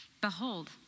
Behold